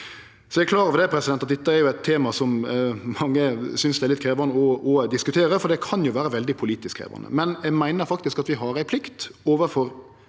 Eg er klar over at dette er eit tema som mange synest er litt krevjande å diskutere, for det kan jo vere veldig politisk krevjande. Men eg meiner faktisk at vi har ei plikt overfor